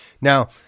Now